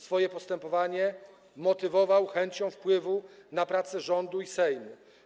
Swoje postępowanie motywował chęcią wpływu na prace rządu i Sejmu.